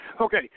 Okay